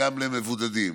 וגם למבודדים.